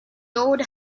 old